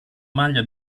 maglia